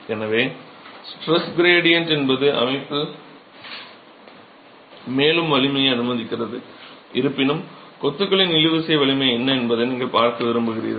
எனவே stress gradient என்பது அமைப்பில் மேலும் வலிமையை அனுமதிக்கிறது இருப்பினும் கொத்துகளின் இழுவிசை வலிமை என்ன என்பதை நீங்கள் பார்க்க விரும்புகிறீர்கள்